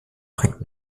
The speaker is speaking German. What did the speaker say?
bringt